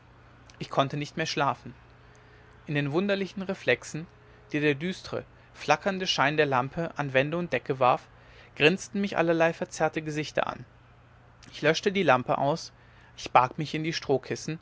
ich konnte nicht mehr schlafen in den wunderlichen reflexen die der düstre flackernde schein der lampe an wände und decke warf grinsten mich allerlei verzerrte gesichter an ich löschte die lampe aus ich barg mich in die strohkissen